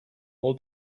all